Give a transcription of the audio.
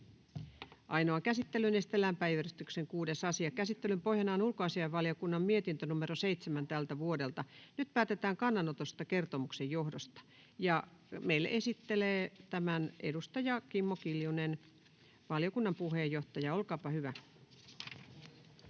Ainoaan käsittelyyn esitellään päiväjärjestyksen 6. asia. Käsittelyn pohjana on ulkoasiainvaliokunnan mietintö UaVM 7/2024 vp. Nyt päätetään kannanotosta kertomuksen johdosta. — Meille esittelee tämän edustaja Kimmo Kiljunen, valiokunnan puheenjohtaja. Olkaapa hyvä.